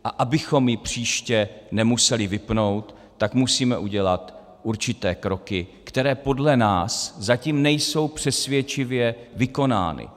A abychom ji příště nemuseli vypnout, tak musíme udělat určité kroky, které podle nás zatím nejsou přesvědčivě vykonány.